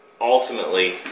ultimately